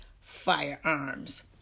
firearms